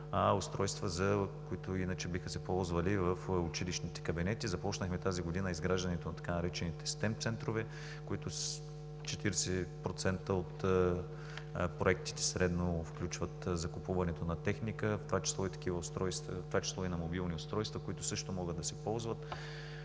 а устройства, които иначе биха се ползвали в училищните кабинети. Започнахме тази година изграждането на така наречените STEM центрове, за които средно 40% от проектите включват закупуването на техника, в това число и на мобилни устройства, които също могат да се ползват.